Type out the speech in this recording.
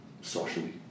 socially